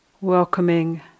welcoming